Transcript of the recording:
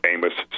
Amos